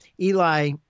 Eli